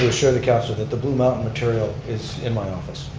to assure the councilor that the blue mountain material is in my office.